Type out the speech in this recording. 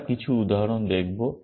আমরা কিছু উদাহরণ দেখব